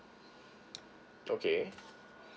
okay